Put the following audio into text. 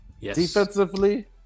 defensively